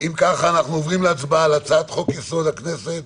אם כך אנחנו עוברים להצבעה על הצעת חוק יסוד: הכנסת